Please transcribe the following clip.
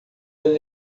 ele